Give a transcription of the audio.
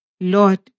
Lord